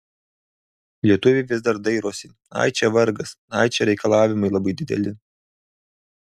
lietuviai vis dar dairosi ai čia vargas ai čia reikalavimai labai dideli